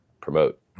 promote